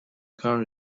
car